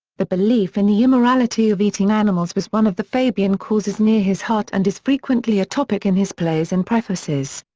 the belief in the immorality of eating animals was one of the fabian causes near his heart and is frequently a topic in his plays and prefaces.